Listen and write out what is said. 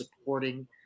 supporting